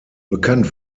bekannt